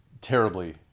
Terribly